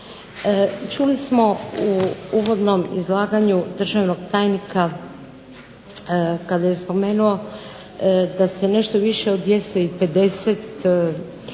Čuli smo u uvodnom izlaganju državnog tajnika kada je spomenuo da se nešto više od 250